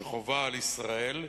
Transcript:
שחובה על ישראל,